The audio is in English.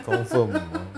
confirm ah